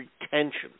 retention